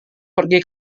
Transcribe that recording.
pergi